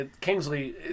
Kingsley